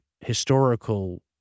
historical